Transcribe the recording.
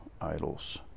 idols